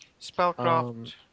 spellcraft